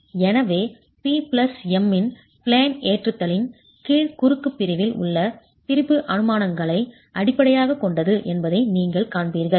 எனவே P plus M இன் plane ஏற்றுதலின் கீழ் குறுக்கு பிரிவில் உள்ள திரிபு அனுமானங்களை அடிப்படையாகக் கொண்டது என்பதை நீங்கள் காண்பீர்கள்